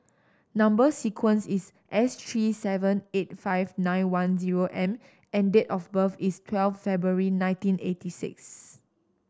number sequence is S three seven eight five nine one zero M and date of birth is twelve February nineteen eighty six